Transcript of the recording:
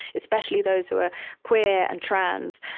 especially those who are queer and trans,